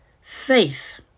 faith